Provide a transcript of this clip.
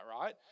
right